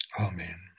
amen